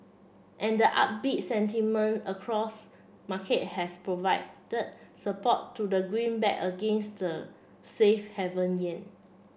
and the upbeat sentiment across market has provided support to the greenback against the safe haven yen